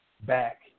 back